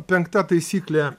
penkta taisyklė